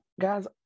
guys